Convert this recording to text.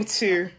two